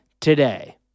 today